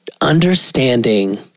understanding